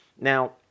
Now